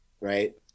Right